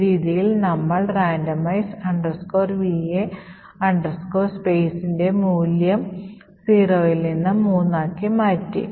ഈ രീതിയിൽ നമ്മൾ randomize va space ന്റെ മൂല്യം 0 ൽ നിന്ന് 3 ആക്കി മാറ്റി